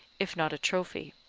if not a trophy.